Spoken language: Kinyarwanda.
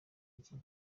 iki